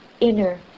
inner